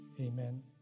amen